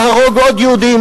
להרוג עוד יהודים,